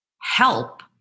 help